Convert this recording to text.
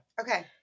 okay